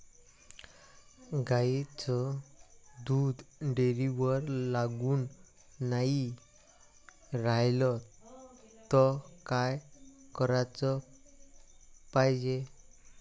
गाईचं दूध डेअरीवर लागून नाई रायलं त का कराच पायजे?